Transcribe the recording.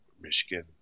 Michigan